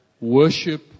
Worship